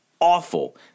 awful